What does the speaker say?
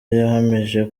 yahamije